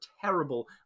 terrible